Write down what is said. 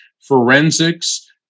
forensics